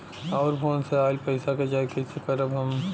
और फोन से आईल पैसा के जांच कैसे करब हम?